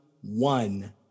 one